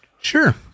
Sure